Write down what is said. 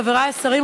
חבריי השרים,